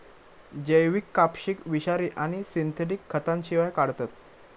जैविक कपाशीक विषारी आणि सिंथेटिक खतांशिवाय काढतत